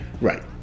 Right